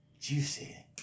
Juicy